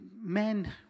men